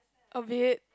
a bit